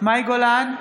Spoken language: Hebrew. מאי גולן,